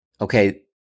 okay